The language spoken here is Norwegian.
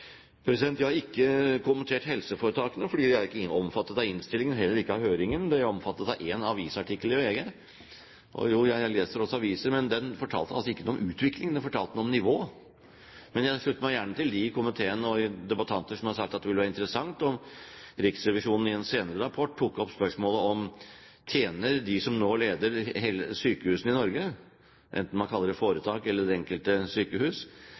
har ikke kommentert helseforetakene fordi de ikke er omfattet av innstillingen, og heller ikke av høringen. De er omfattet av én avisartikkel i VG. Og jo, jeg leser også aviser, men den fortalte altså ikke noe om utviklingen, den fortalte noe om nivået. Jeg slutter meg gjerne til dem i komiteen og de debattanter som har sagt at det ville være interessant om Riksrevisjonen i en senere rapport tok opp spørsmålet: Tjener de som nå leder sykehusene i Norge – enten man kaller det foretak eller det enkelte sykehus